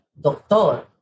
doctor